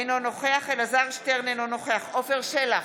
אינו נוכח אלעזר שטרן, אינו נוכח עפר שלח,